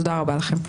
תודה רבה לכם.